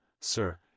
Sir